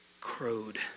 crowed